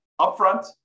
upfront